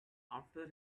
after